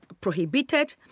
prohibited